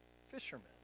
fishermen